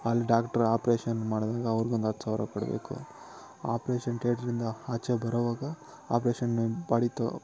ಅಲ್ಲಿ doctor operation ಮಾಡಿದಾಗ ಅವ್ರಿಗೊಂದ್ ಹತ್ತು ಸಾವಿರ ಕೊಡಬೇಕು ಆಪ್ರೇಶನ್ ಥೇಟ್ರಿಂದ ಆಚೆ ಬರೋವಾಗ ಆಪ್ರೇಶನು ಬಾಡಿ ತೊ